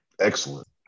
excellent